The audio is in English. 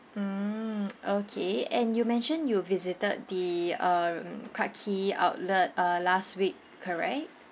mm okay and you mention you visited the uh clarke quay outlet uh last week correct